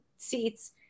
seats